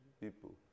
people